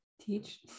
teach